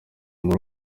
muri